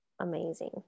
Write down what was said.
Amazing